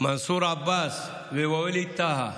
מנסור עבאס ווליד טאהא.